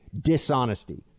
dishonesty